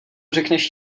řekneš